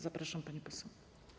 Zapraszam, pani poseł.